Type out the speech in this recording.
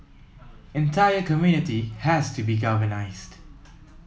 entire community has to be galvanised